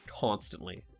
constantly